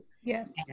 yes